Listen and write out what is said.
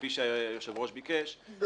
כפי שהיושב-ראש ביקש,